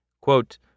Quote